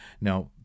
Now